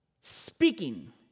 Speaking